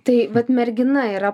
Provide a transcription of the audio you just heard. tai vat mergina yra